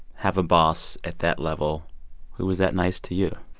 have a boss at that level who was that nice to you?